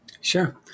Sure